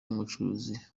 umucuruzi